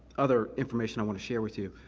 other information i want to share with you.